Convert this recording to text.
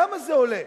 כמה זה עולה?